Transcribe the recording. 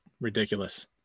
ridiculous